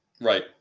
Right